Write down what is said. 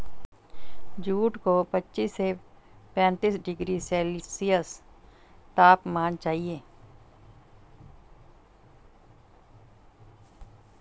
jute को पच्चीस से पैंतीस डिग्री सेल्सियस तापमान चाहिए